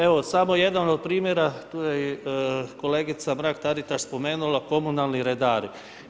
Evo, samo jedan od primjera, tu je i kolega Mrak-Taritaš spomenula komunalni redari.